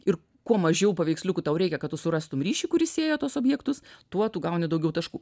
ir kuo mažiau paveiksliukų tau reikia kad tu surastum ryšį kuris sieja tuos objektus tuo tu gauni daugiau taškų